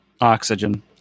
oxygen